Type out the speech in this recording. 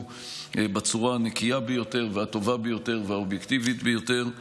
בצורה הנקייה ביותר והטובה ביותר והאובייקטיבית ביותר,